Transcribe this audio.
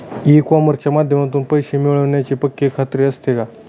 E कॉमर्सच्या माध्यमातून पैसे मिळण्याची पक्की खात्री असते का?